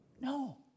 No